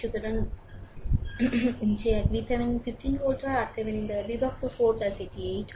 সুতরাং যে এক VThevenin 15 ভোল্ট হয় RThevenin দ্বারা বিভক্ত 4 এটি 8 হয়